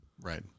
Right